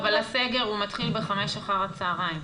אבל הסגר מתחיל ב-17:00 אחר הצוהריים.